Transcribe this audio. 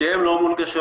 שתיהן לא מונגשות.